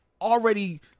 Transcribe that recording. already